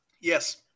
Yes